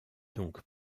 donc